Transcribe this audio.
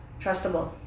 trustable